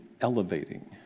elevating